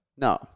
No